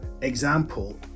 example